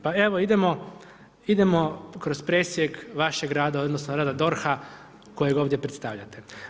Pa evo idemo kroz privjeske vašeg rada, odnosno, rada DORH-a kojeg ovdje predstavljate.